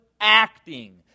acting